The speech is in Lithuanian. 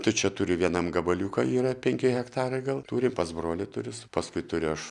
tai čia turiu vienam gabaliuką yra penki hektarai gal turi pas brolį turi paskui turiu aš